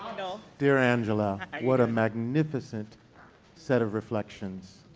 you know dear angela, what a magnificent set of reflections,